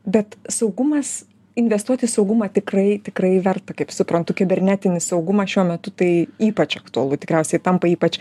bet saugumas investuot į saugumą tikrai tikrai verta kaip suprantu kibernetinį saugumą šiuo metu tai ypač aktualu tikriausiai tampa ypač